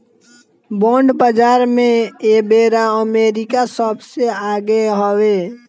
bond बाजार में एबेरा अमेरिका सबसे आगे हवे